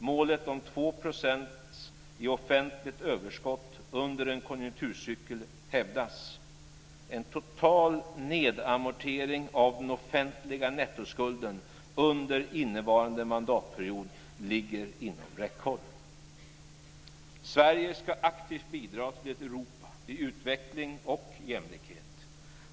Målet om två procent i offentligt överskott under en konjunkturcykel hävdas. En total nedamortering av den offentliga nettoskulden under innevarande mandatperiod ligger inom räckhåll. Sverige ska aktivt bidra till ett Europa i utveckling och jämlikhet.